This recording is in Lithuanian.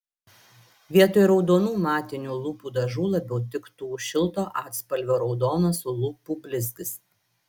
vietoj raudonų matinių lūpų dažų labiau tiktų šilto atspalvio raudonas lūpų blizgis